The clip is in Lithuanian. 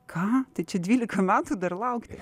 ką tai čia dylika metų dar laukti